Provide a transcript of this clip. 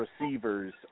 receivers